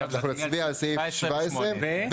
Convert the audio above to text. אנחנו נצביע על סעיף 17 ו-18.